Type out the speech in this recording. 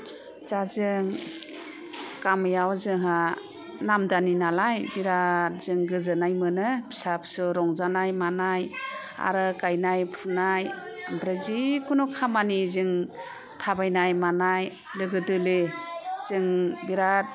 दा जों गामियाव जोंहा नामदानि नालाय बिराद जों गोजोननाय मोनो फिसा फिसौ रंजानाय मानाय आरो गायनाय फुनाय ओमफ्राय जिखुनु खामानि जों थाबायनाय मानाय लोगो दोगो जों बिराद